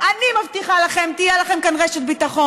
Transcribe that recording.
אני קורא אותך לסדר בפעם